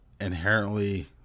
inherently